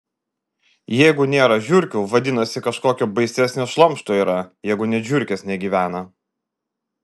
jeigu nėra žiurkių vadinasi kažkokio baisesnio šlamšto yra jeigu net žiurkės negyvena